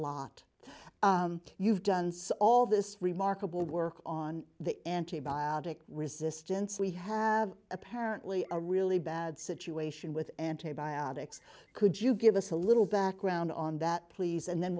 lot you've done some all this remarkable work on the antibiotic resistance we have apparently a really bad situation with antibiotics could you give us a little background on that please and then